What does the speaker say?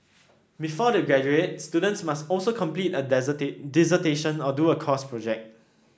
before they graduate students must also complete a dissertation or do a course project